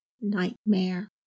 nightmare